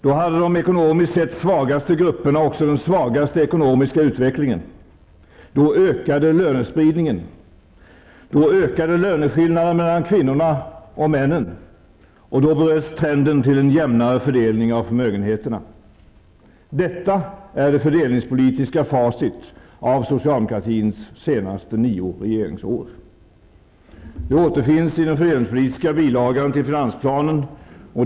Då hade de ekonomiskt sett svagaste grupperna också den svagaste ekonomiska utvecklingen. Då ökade lönespridningen. Då ökade löneskillnaderna mellan kvinnorna och männen, och då bröts trenden mot en jämnare fördelning av förmögenheterna. Detta är fördelningspolitiskt facit av socialdemokratins senaste nio regeringsår. Det återfinns i den fördelningspolitiska bilagan till finansplanen.